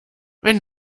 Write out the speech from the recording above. wenn